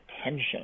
attention